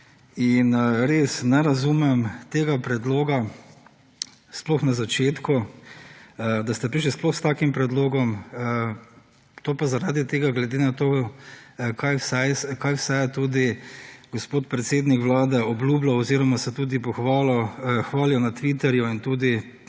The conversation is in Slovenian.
in res ne razumem tega predloga sploh na začetku, da ste prišli sploh s takim predlogom. To pa zaradi tega, glede na to kaj vse je tudi gospod predsednik vlade obljubljal oziroma se tudi pohvalil, hvalil na Twitterju in tudi,